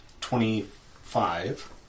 Twenty-five